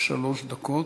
שלוש דקות.